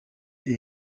est